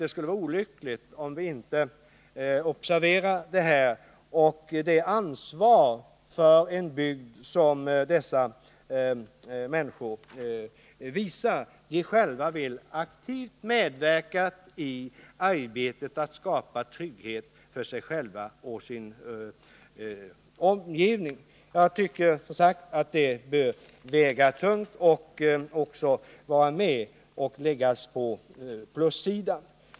Det vore olyckligt om vi inte observerade detta och det ansvar för sin bygd som dessa människor visar genom att de själva vill aktivt medverka i arbetet med att skapa trygghet både för sig själva och för sin omgivning. Jag tycker som sagt det bör väga så tungt att det bör sättas upp på plussidan.